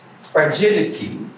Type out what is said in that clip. fragility